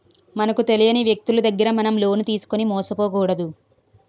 మనకు తెలియని వ్యక్తులు దగ్గర మనం లోన్ తీసుకుని మోసపోకూడదు